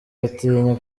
batinya